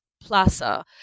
plaza